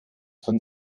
von